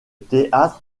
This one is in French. théâtre